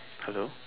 hello